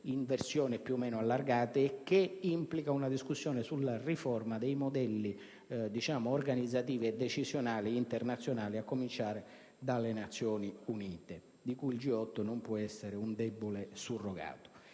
in versione più o meno allargata, e che implica una discussione sulla riforma dei modelli organizzativi e decisionali internazionali, a cominciare dalle Nazioni Unite, di cui il G8 non può essere un debole surrogato.